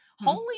holy